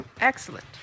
Excellent